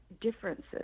differences